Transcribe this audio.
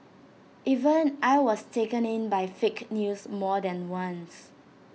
even I was taken in by fake news more than once